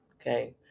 okay